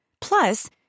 Plus